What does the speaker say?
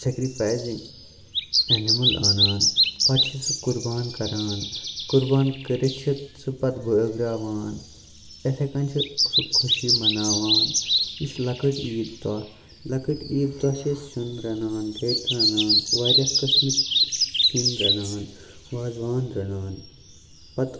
sacrificing animal انان پَتہٕ چھِ سُہ قُربان کَران قۄربان کٔرِتھ چھِ سُہ پَتہٕ بٲگراوان اِتھَے کٔنۍ چھِ سُہ خوشی مَناوان یُس لَکٕٹۍ عیٖد دۄہ لَکٕٹۍ عیٖد دۄہ چھِ أسۍ سیُن رَنان گَرِ رَنان واریاہ قٕسمٕکۍ سِنۍ رَنان وازوان رَنان پَتہٕ